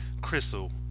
Crystal